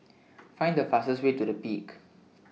Find The fastest Way to The Peak